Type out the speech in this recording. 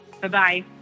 Bye-bye